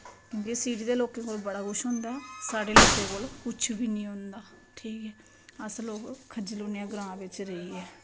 क्योंकि दे लोकें कोल बड़ा कुछ होंदा ऐ साढ़े लोकें कोल कुछ बी नी होंदा ठीक ऐ अस लोक खज्जल होन्ने आं ग्रांऽ बिच रेहियै